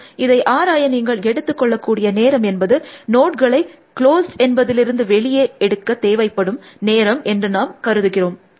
மற்றும் இதை ஆராய நீங்கள் எடுத்து கொள்ளக்கூடிய நேரம் என்பது நோட்களை க்ளோஸ்ட் என்பதிலிருந்து வெளியே எடுக்க தேவைப்படும் நேரம் என்று நாம் கருதுகிறோம்